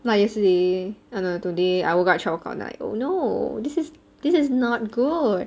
like yesterday and then like today I woke up at twelve o'clock then I like oh no this is not good